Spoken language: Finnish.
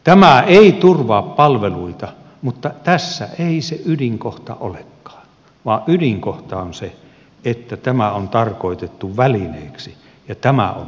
tämä ei turvaa palveluita mutta tämä ei se ydinkohta olekaan vaan ydinkohta on se että tämä on tarkoitettu välineeksi ja tämä on vakava asia